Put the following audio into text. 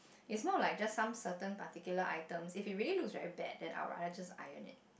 is not like just some certain particular items if it really looks very bad then I'll rather just iron it